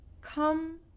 come